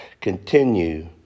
Continue